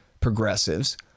progressives